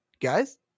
guys